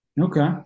Okay